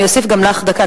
אני אוסיף גם לך דקה,